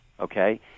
okay